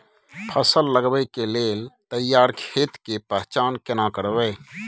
फसल लगबै के लेल तैयार खेत के पहचान केना करबै?